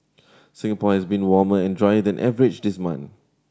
Singapore has been warmer and drier than average this month